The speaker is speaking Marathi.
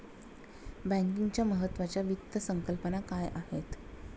बँकिंगच्या महत्त्वाच्या वित्त संकल्पना काय आहेत?